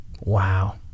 wow